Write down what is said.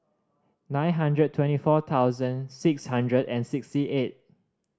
nine hundred twenty four thousand six hundred and sixty eight